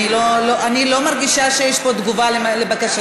אני לא מרגישה שיש פה תגובה לבקשתי.